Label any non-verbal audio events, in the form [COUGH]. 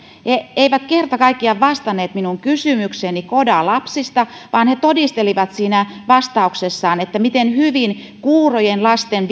he eivät kerta kaikkiaan vastanneet minun kysymykseeni coda lapsista vaan he todistelivat vastauksessaan miten hyvin kuurojen lasten [UNINTELLIGIBLE]